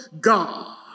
God